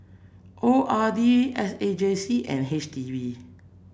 O R D S A J C and H D B